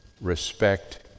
respect